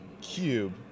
Cube